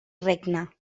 regna